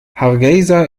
hargeysa